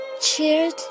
cheered